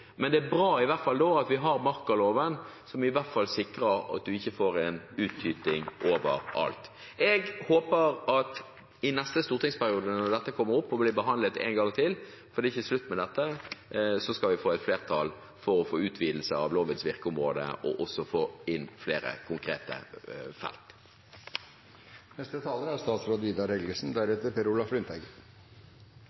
Men da er det i hvert fall bra at vi har markaloven, som sikrer at det ikke tyter ut overalt. Jeg håper at i neste stortingsperiode – når dette kommer opp og blir behandlet en gang til, for det er ikke slutt med dette – skal vi få et flertall for en utvidelse av lovens virkeområde og også få inn flere konkrete felt.